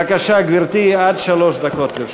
בבקשה, גברתי, עד שלוש דקות לרשותך.